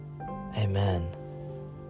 Amen